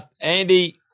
Andy